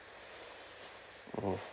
hmm